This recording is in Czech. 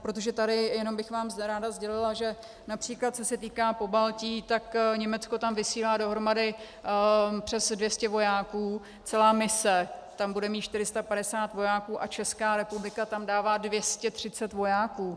Protože tady bych vám ráda sdělila, že např. co se týká Pobaltí, tak Německo tam vysílá dohromady přes 200 vojáků, celá mise tam bude mít 450 vojáků a Česká republika tam dává 230 vojáků.